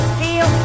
feel